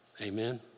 Amen